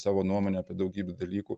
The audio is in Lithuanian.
savo nuomonę apie daugybę dalykų